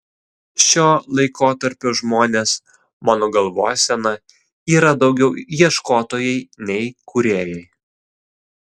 šio laikotarpio žmonės mano galvosena yra daugiau ieškotojai nei kūrėjai